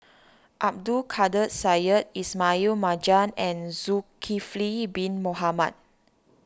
Abdul Kadir Syed Ismail Marjan and Zulkifli Bin Mohamed